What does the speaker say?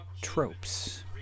tropes